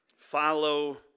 follow